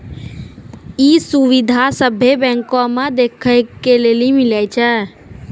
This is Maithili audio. इ सुविधा सभ्भे बैंको मे देखै के लेली मिलै छे